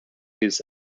his